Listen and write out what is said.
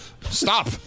stop